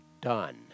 done